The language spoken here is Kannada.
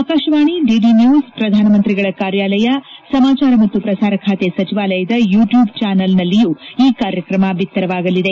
ಆಕಾಶವಾಣಿ ಡಿಡಿನ್ಸೊಸ್ ಪ್ರಧಾನಮಂತ್ರಿಗಳ ಕಾರ್ಯಾಲಯ ಸಮಾಚಾರ ಮತ್ತು ಪ್ರಸಾರ ಖಾತೆ ಸಚಿವಾಲಯದ ಯುಟ್ಲೂಬ್ ಚಾನಲ್ನಲ್ಲೂ ಈ ಕಾರ್ಯಕ್ರಮ ಬಿತ್ತರವಾಗಲಿದೆ